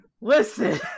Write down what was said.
Listen